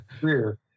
career